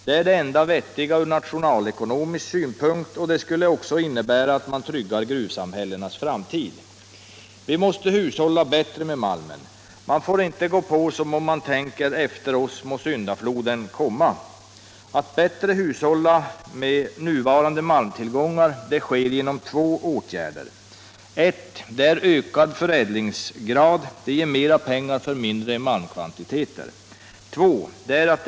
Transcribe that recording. Det är det enda vettiga ur nationalekonomisk synpunkt, och det skulle också innebära att man tryggar gruvsamhällenas framtid. Vi måste hushålla bättre med malmen. Man får inte gå på som om man tänker: Efter oss må syndafloden komma. Att bättre hushålla med malmtillgångar sker genom två åtgärder: 1. Ökad förädlingsgrad. Det ger mera pengar för mindre malmkvantiteter. 2.